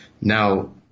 Now